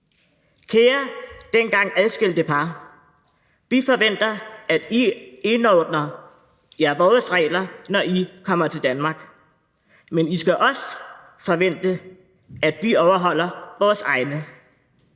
Kære dengang adskilte par: Vi forventer, at I indordner jer vores regler, når I kommer til Danmark. Men I skal også forvente, at vi overholder vores egne.